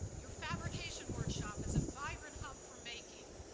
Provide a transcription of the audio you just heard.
your fabrication workshop is a vibrant hub for making,